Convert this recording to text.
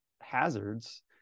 hazards